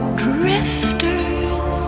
drifters